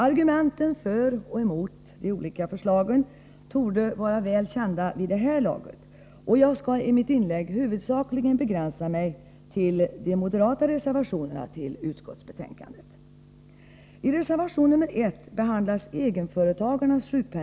Argumenten för och emot de olika förslagen torde vara väl kända vid det här laget, och jag skall i mitt inlägg huvudsakligen begränsa mig till att tala om de moderata reservationerna till utskottsbetänkandet.